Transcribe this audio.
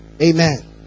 Amen